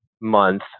month